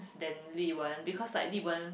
than Li-wen because like Li-wen